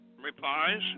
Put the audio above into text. replies